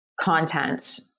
content